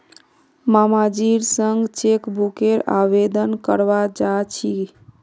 मामाजीर संग चेकबुकेर आवेदन करवा जा छि